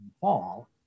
fall